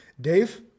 Dave